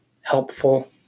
helpful